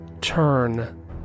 TURN